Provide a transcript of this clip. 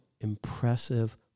impressive